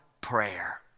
prayer